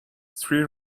three